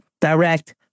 direct